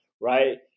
right